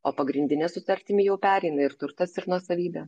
o pagrindine sutartimi jau pereina ir turtas ir nuosavybė